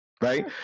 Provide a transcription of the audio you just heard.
right